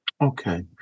Okay